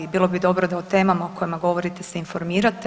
Bilo bi dobro da o temama o kojima govorite se informirate.